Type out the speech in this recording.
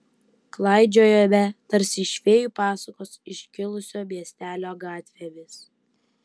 klaidžiojame tarsi iš fėjų pasakos iškilusio miestelio gatvėmis